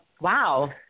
wow